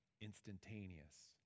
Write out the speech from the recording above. Instantaneous